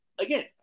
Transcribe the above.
Again